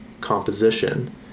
composition